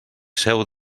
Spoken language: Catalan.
seu